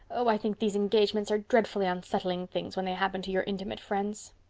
oh, i think these engagements are dreadfully unsettling things when they happen to your intimate friends.